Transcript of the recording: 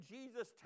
Jesus